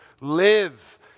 live